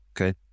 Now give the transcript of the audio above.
Okay